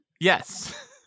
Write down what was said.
Yes